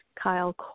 Kyle